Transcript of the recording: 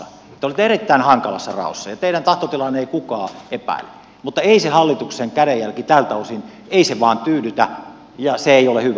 te olette erittäin hankalassa raossa ja teidän tahtotilaanne ei kukaan epäile mutta ei se hallituksen kädenjälki tältä osin vain tyydytä ja se ei ole hyvä